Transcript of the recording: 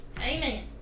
Amen